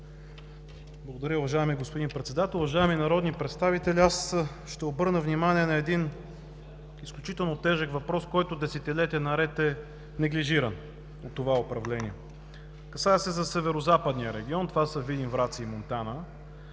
Благодаря, уважаеми господин Председател. Уважаеми народни представители, аз ще обърна внимание на един изключително тежък въпрос, който десетилетия наред е неглижиран от това управление, касае се за Северозападния регион – това са Видин, Враца и Монтана.